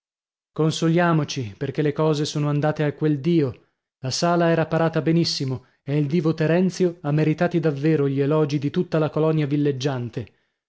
consoliamoci perchè le cose sono andate a quel dio la sala era parata benissimo e il divo terenzio ha meritati davvero gli elogi di tutta la colonia villeggiante